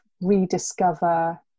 rediscover